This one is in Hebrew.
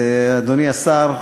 אדוני השר,